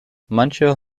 manche